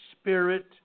spirit